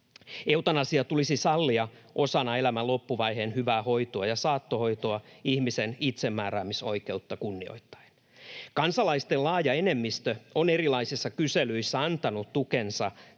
Eutanasia tulisi sallia osana elämän loppuvaiheen hyvää hoitoa ja saattohoitoa ihmisen itsemääräämisoikeutta kunnioittaen. Kansalaisten laaja enemmistö on erilaisissa kyselyissä antanut tukensa